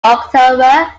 october